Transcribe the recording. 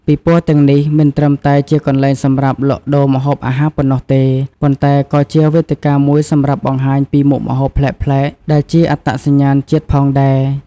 ពិព័រណ៍ទាំងនេះមិនត្រឹមតែជាកន្លែងសម្រាប់លក់ដូរម្ហូបអាហារប៉ុណ្ណោះទេ ប៉ុន្តែក៏ជាវេទិកាមួយសម្រាប់បង្ហាញពីមុខម្ហូបប្លែកៗ ដែលជាអត្តសញ្ញាណជាតិផងដែរ។